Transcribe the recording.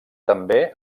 també